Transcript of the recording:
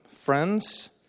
friends